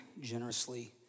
generously